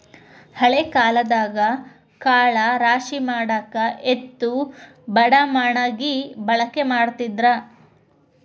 ಹಳೆ ಕಾಲದಾಗ ಕಾಳ ರಾಶಿಮಾಡಾಕ ಎತ್ತು ಬಡಮಣಗಿ ಬಳಕೆ ಮಾಡತಿದ್ರ